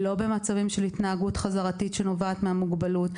לא במצבים של התנהגות חזרתית שנובעת מהמוגבלות.